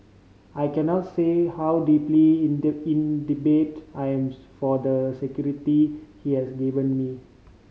I cannot say how deeply indebted I am for the security he has given me